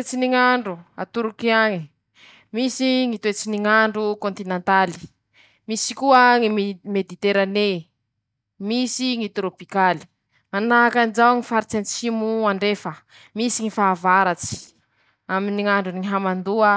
Toetsy ny ñ'andro a Toroky añe: Misy Ñy toetsy ny ñ'andro kôntinantaly, misy koa ñy mm mediterané, misy ñy torôpikaly; manahakanjao ñy faritsy antsimo andrefa, misy ñy fahavaratsy aminy ñ'androny ñy hamandoa,